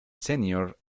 senior